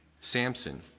Samson